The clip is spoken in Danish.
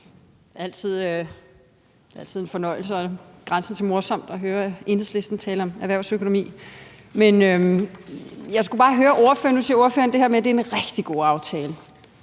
altid en fornøjelse og grænsende til morsomt at høre Enhedslisten tale om erhvervsøkonomi. Men jeg vil bare høre ordføreren om noget, for nu siger ordføreren